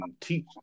teach